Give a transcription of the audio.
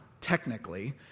Technically